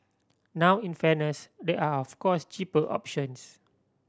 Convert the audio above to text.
now in fairness there are of course cheaper options